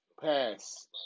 Pass